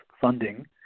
funding